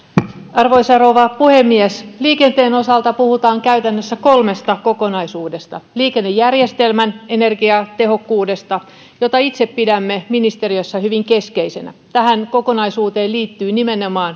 arvoisa rouva puhemies liikenteen osalta puhutaan käytännössä kolmesta kokonaisuudesta puhutaan liikennejärjestelmän energiatehokkuudesta jota itse pidämme ministeriössä hyvin keskeisenä tähän kokonaisuuteen liittyy nimenomaan